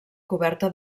coberta